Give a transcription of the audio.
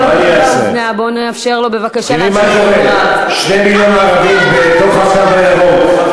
בבקשה, חבר הכנסת זאב, אתה מוזמן להמשיך בדבריך.